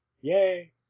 yay